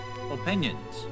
opinions